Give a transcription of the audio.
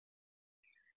6 33 150 200 5